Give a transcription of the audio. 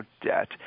debt